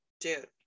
dude